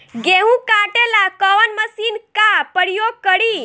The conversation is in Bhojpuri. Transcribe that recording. गेहूं काटे ला कवन मशीन का प्रयोग करी?